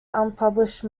unpublished